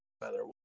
better